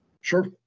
Sure